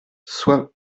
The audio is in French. soit